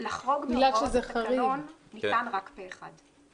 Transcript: לחרוג מהוראות התקנון ניתן רק פה אחד.